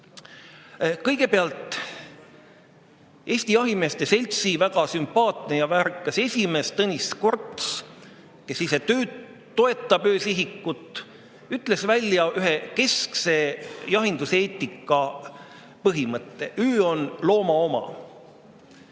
teinud. Kõigepealt, Eesti Jahimeeste Seltsi väga sümpaatne ja väärikas esimees Tõnis Korts, kes ise toetab öösihikut, ütles välja ühe keskse jahinduseetika põhimõtte: "Öö on looma oma."